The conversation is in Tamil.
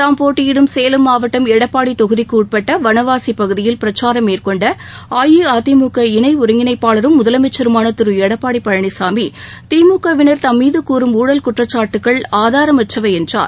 தாம் போட்டியிடும் சேலம் மாவட்டம் எடப்பாடி தொகுதிக்கு உட்பட்ட வனவாசி பகுதியில் பிரக்சாரம் மேற்கொண்ட அஇஅதிமுக இணை அருங்கிணைப்பாளரும் முதலமைச்சருமான திரு எடப்பாடி பழனிசாமி திமுகவினர் தம்மீது கூறும் ஊழல் குற்றச்சாட்டுகள் ஆதாரமற்றவை என்றார்